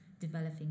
developing